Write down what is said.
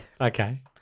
Okay